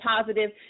positive